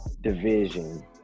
division